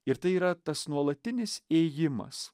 ir tai yra tas nuolatinis ėjimas